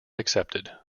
accepted